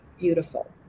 beautiful